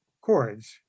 chords